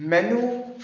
ਮੈਨੂੰ